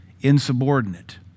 insubordinate